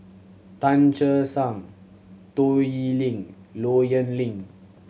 Tan Che Sang Toh Yiling Low Yen Ling